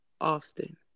often